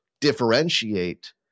differentiate